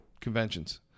conventions